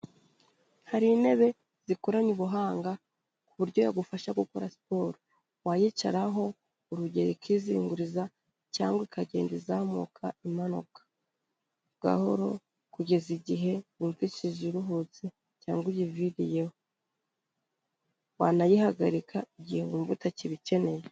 Hari intebe zikoranye ubuhanga, ku buryo yagufasha gukora siporo, wayicaraho urugero ikizinguriza cyangwa ikagenda izamuka imanuka gahoro, kugeza igihe wumvishije iruhutse cyangwa uyiviriyeho, wanayihagarika igihe wumva utakibikeneye.